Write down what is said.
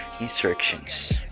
instructions